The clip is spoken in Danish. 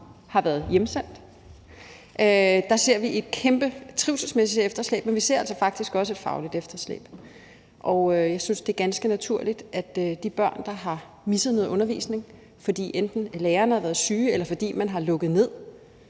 har været hjemsendt. Vi ser et kæmpe trivselsmæssigt efterslæb, men vi ser faktisk også et fagligt efterslæb. Og jeg synes, det er ganske naturligt, at de børn, der har misset noget undervisning, enten fordi lærerne har været syge, eller fordi man har lukket ned